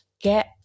get